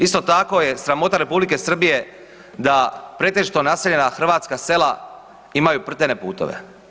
Isto tako je sramota R. Srbije da pretežito naseljena hrvatska sela imaju prtene putove.